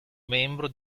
membro